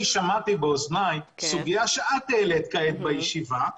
אני שמעתי באוזניי סוגיה שאת העלית בישיבה כעת.